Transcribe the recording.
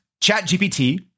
ChatGPT